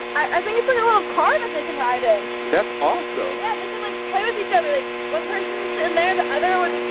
i think it's like a little car that they can ride in. that's awesome. yeah they can like play with each other, like one person will sit in there, the other would